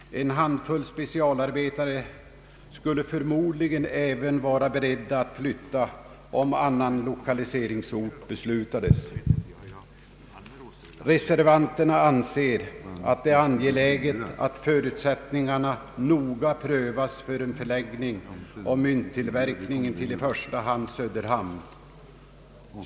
En handfull specialarbetare skulle förmodligen även vara beredda att flytta om annan lokaliseringsort beslutades. Reservanterna anser att det är angeläget att förutsättningarna noga prövas för en förläggning av mynttillverkningen till i första hand Söderhamn.